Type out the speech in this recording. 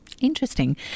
Interesting